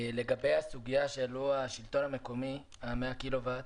לגבי הסוגיה שהעלו השלטון המקומי, ה-100 קילוואט.